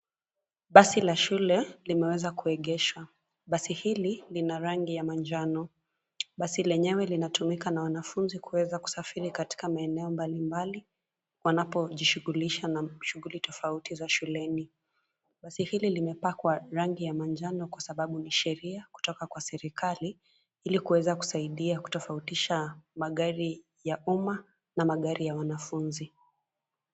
Basi la shule limeweza kuegeshwa, basi hili lina rangi ya manjano basi lenyewe linatumika na wanafunzi kuweza kusafiri katika maeneo mbali mbali wanapojishugulisha na shughuli tofauti za shuleni. Basi hili limepakwa rangi ya manjano kwa sababu ni sheria kutoka kwa serikali ili kuweza kusaidia kutofautisha magari ya uma na magari ya wanafunzi.